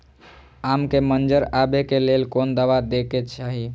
आम के मंजर आबे के लेल कोन दवा दे के चाही?